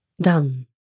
dumb